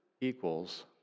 equals